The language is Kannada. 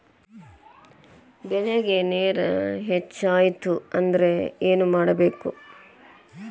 ಬೆಳೇಗ್ ನೇರ ಹೆಚ್ಚಾಯ್ತು ಅಂದ್ರೆ ಏನು ಮಾಡಬೇಕು?